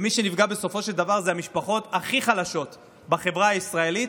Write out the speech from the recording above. מי שנפגע בסופו של דבר זה המשפחות הכי חלשות בחברה הישראלית,